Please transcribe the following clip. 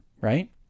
right